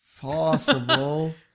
possible